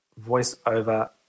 voiceover